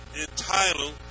entitled